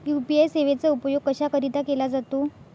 UPI सेवेचा उपयोग कशाकरीता केला जातो?